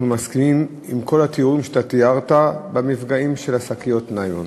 אנחנו מסכימים עם כל התיאור שאתה תיארת של המפגעים של שקיות הניילון,